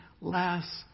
less